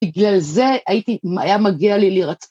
בגלל זה היה מגיע לי לירצה.